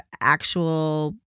actual